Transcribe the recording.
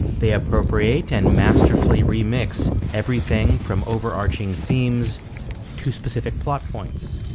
they appropriate and masterfully remix everything, from overarching themes to specific plot points